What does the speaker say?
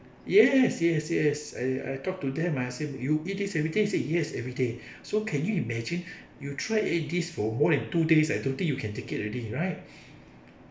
yes yes yes I I talked to them I asked them you eat this every day they said yes every day so can you imagine you try eat this for more than two days I don't think you can take it already right